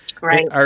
Right